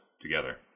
together